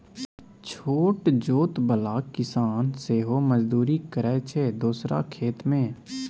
छोट जोत बला किसान सेहो मजदुरी करय छै दोसरा खेत मे